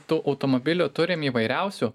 tų automobilių turim įvairiausių